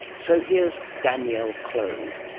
so here's danielle clode.